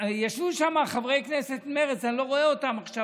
ישבו שם חברי כנסת ממרצ אני לא רואה אותם עכשיו,